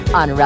on